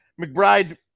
McBride